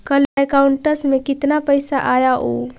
कल मेरा अकाउंटस में कितना पैसा आया ऊ?